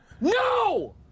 No